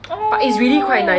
!aww!